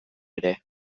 ere